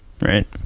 right